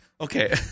Okay